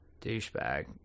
douchebag